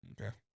Okay